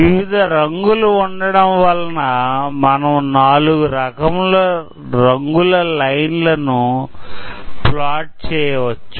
వివిధ రంగులు ఉండడం వలన మనము నాలుగు రకముల రంగుల లైన్లను ప్లాట్ చేయవచ్చు